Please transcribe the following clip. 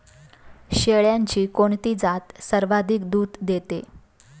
शेळ्यांची कोणती जात सर्वाधिक दूध देते?